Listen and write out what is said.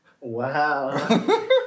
Wow